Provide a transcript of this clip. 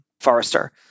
Forrester